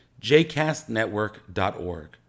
jcastnetwork.org